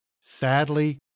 Sadly